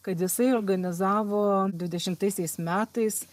kad jisai organizavo dvidešimtaisiais metais